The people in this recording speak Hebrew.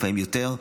לפעמים יותר,